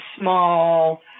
small